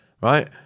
Right